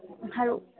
ꯍꯥꯏꯔꯛꯑꯣ